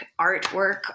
artwork